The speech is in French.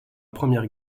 première